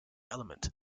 element